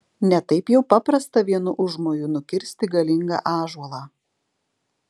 ne taip jau paprasta vienu užmoju nukirsti galingą ąžuolą